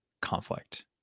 conflict